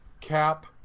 Cap